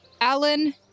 Alan